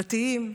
דתיים,